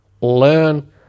learn